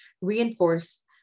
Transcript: reinforce